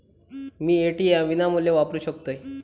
मी ATM विनामूल्य वापरू शकतय?